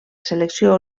selecció